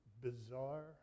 bizarre